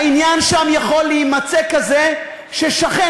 העניין שם יכול להימצא כזה ששכן,